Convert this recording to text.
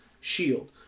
shield